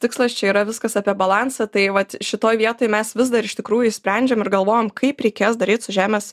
tikslas čia yra viskas apie balansą tai vat šitoj vietoj mes vis dar iš tikrųjų sprendžiam ir galvojam kaip reikės daryt su žemės